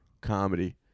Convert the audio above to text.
comedy